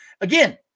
Again